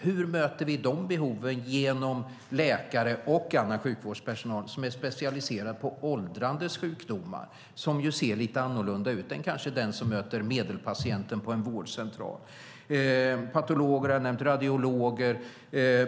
Hur möter vi de behoven med läkare och annan sjukvårdspersonal som är specialiserade på åldrandets sjukdomar, som ju ser lite annorlunda ut än det som kanske möter medelpatienten på en vårdcentral? Patologer har jag nämnt. Vi behöver radiologer.